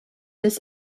this